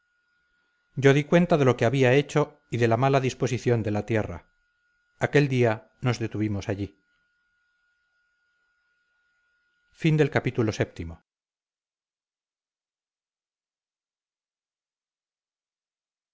yo di cuenta de lo que había hecho y de la mala disposición de la tierra aquel día nos detuvimos allí